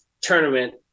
tournament